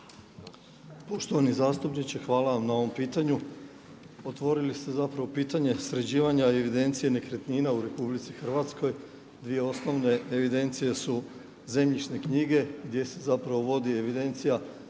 Poštovani zastupniče hvala vam na ovom pitanju. Otvorili ste zapravo pitanje sređivanje i evidencija nekretnina u RH, 2 osnovne evidencije su zemljišne knjige, gdje se zapravo vodi evidencija,